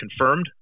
confirmed